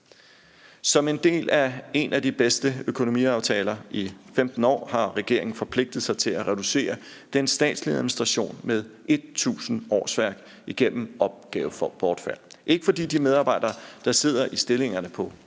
Som led i en af de bedste økonomiaftaler i 15 år har regeringen forpligtet sig til at reducere den statslige administration med 1.000 årsværk igennem opgavebortfald, ikke fordi de medarbejdere, der sidder i stillingerne på